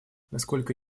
насколько